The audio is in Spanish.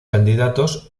candidatos